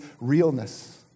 realness